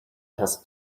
has